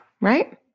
right